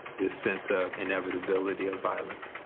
this sense of inevitability of violence.